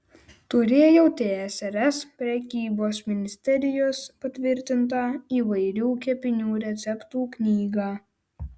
turėjau tsrs prekybos ministerijos patvirtintą įvairių kepinių receptų knygą